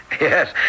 Yes